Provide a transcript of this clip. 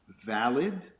valid